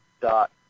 dot